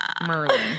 Merlin